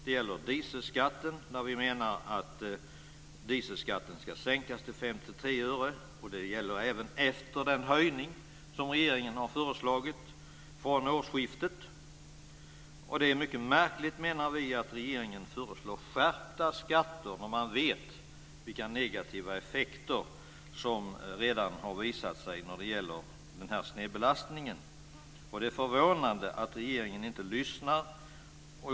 Det gäller dieselskatten. Vi menar att den ska sänkas till 53 öre per liter. Det gäller även efter den höjning som regeringen har föreslagit från årsskiftet. Det är mycket märkligt, menar vi, att regeringen föreslår skärpta skatter när man vet vilka negativa effekter som redan har visat sig när det gäller den här snedbelastningen. Det är förvånande att regeringen inte lyssnar.